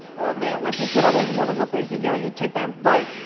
oh man, once you put all those wonderful things together, you take that bite.